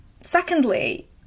Secondly